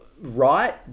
right